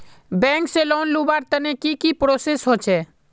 Bank से loan लुबार तने की की प्रोसेस होचे?